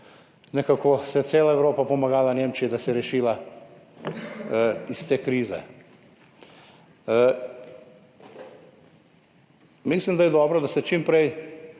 nekako je cela Evropa pomagala Nemčiji, da se je rešila iz te krize. Mislim, da je dobro, da čim prej